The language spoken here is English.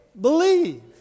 Believe